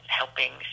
helping